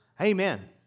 Amen